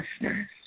listeners